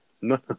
No